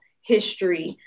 history